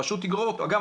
אגב,